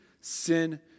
sin